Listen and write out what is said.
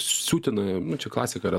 siutina nu čia klasika yra